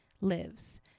lives